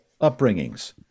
upbringings